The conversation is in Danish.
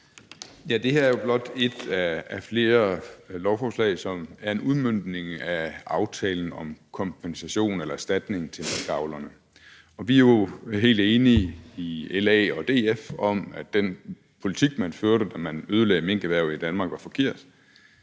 Ja, det her er jo blot et af flere lovforslag, som er en udmøntning af aftalen om kompensation eller erstatning til minkavlerne. Og vi er jo i LA og DF helt enige om, at den politik, man førte, da man ødelagde minkerhvervet i Danmark, var forkert.